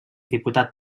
diputat